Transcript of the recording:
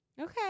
Okay